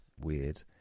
weird